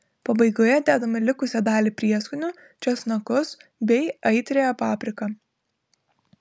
pabaigoje dedame likusią dalį prieskonių česnakus bei aitriąją papriką